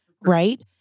right